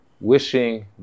wishing